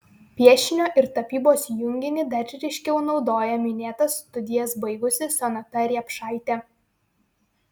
piešinio ir tapybos junginį dar ryškiau naudoja minėtas studijas baigusi sonata riepšaitė